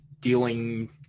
dealing